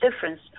difference